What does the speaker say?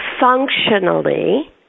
functionally